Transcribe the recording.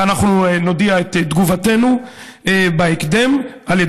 ואנחנו נודיע את תגובתנו בהקדם על יד